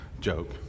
joke